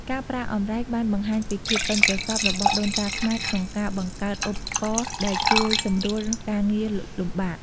ការប្រើអម្រែកបានបង្ហាញពីភាពប៉ិនប្រសប់របស់ដូនតាខ្មែរក្នុងការបង្កើតឧបករណ៍ដែលជួយសម្រួលការងារលំបាក។